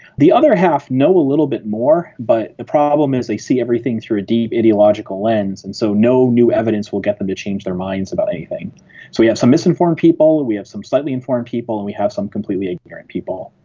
the other half know a little bit more but the problem is they see everything through a deep ideological lens, and so no new evidence will get them to change their minds about anything. so we have some misinformed people, and we have some slightly informed people, and we have some completely ignorant people.